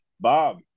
Bob